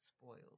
spoiled